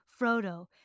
Frodo